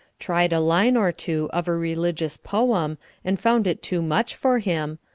tried a line or two of a religious poem and found it too much for him,